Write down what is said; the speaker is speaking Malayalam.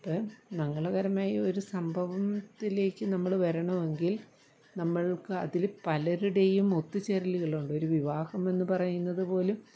അപ്പം മംഗളകരമായി ഒരു സംഭവത്തിലേക്ക് നമ്മൾ വരണമെങ്കിൽ നമ്മൾക്ക് അതിൽ പലരുടെയും ഒത്തുചേരലുകളുണ്ട് ഒരു വിവാഹമെന്നു പറയുന്നതു പോലും